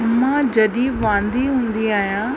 मां जॾहिं वांदी हूंदी आहियां